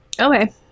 okay